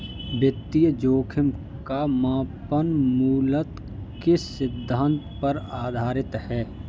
वित्तीय जोखिम का मापन मूलतः किस सिद्धांत पर आधारित है?